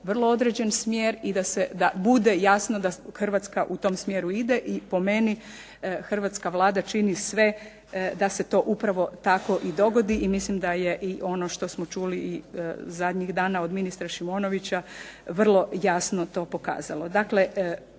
vrlo određen smjer i da se, da bude jasno da Hrvatska u tom smjeru ide i po meni hrvatska Vlada čini sve da se to upravo tako i dogodi i mislim da je i ono što smo čuli i zadnjih dana od ministra Šimonovića vrlo jasno to pokazalo. Dakle